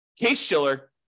Case-Shiller